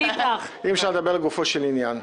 לדבר לגופו של עניין,